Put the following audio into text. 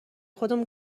خودمون